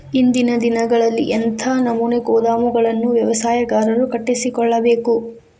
ಇಂದಿನ ದಿನಗಳಲ್ಲಿ ಎಂಥ ನಮೂನೆ ಗೋದಾಮುಗಳನ್ನು ವ್ಯವಸಾಯಗಾರರು ಕಟ್ಟಿಸಿಕೊಳ್ಳಬೇಕು?